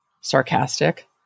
sarcastic